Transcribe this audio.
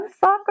soccer